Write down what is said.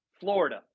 Florida